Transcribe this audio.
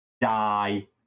die